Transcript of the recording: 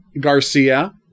Garcia